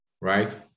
right